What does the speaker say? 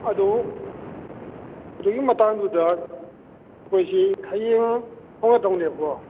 ꯑꯗꯨ ꯑꯗꯨꯒꯤ ꯃꯇꯥꯡꯗꯨꯗ ꯑꯩꯈꯣꯏꯁꯦ ꯍꯌꯦꯡ ꯊꯣꯂꯛꯑꯗꯧꯅꯦꯕꯀꯣ